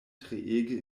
treege